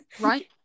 right